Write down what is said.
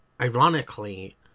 ironically